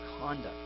conduct